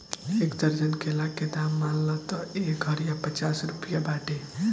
एक दर्जन केला के दाम मान ल त एह घारिया पचास रुपइआ बाटे